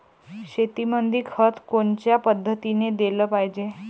शेतीमंदी खत कोनच्या पद्धतीने देलं पाहिजे?